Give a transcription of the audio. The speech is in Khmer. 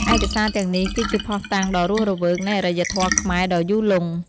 ឯកសារទាំងនេះគឺជាភស្តុតាងដ៏រស់រវើកនៃអរិយធម៌ខ្មែរដ៏យូរលង់។